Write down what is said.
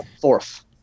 Fourth